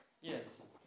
Yes